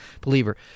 believer